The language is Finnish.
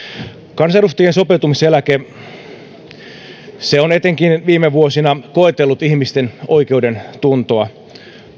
kansanedustajien sopeutumiseläke on etenkin viime vuosina koetellut ihmisten oikeudentuntoa